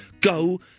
go